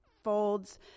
Folds